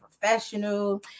professional